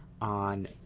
on